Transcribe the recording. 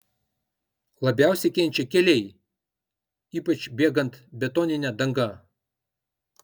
labiausiai kenčia keliai ypač bėgant betonine danga